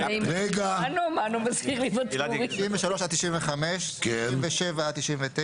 93 עד 95, 97 עד 99,